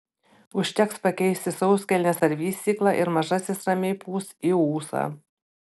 užteks pakeisti sauskelnes ar vystyklą ir mažasis ramiai pūs į ūsą